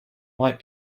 might